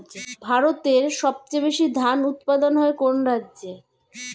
ভারতের সবচেয়ে বেশী ধান উৎপাদন হয় কোন রাজ্যে?